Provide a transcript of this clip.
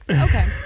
Okay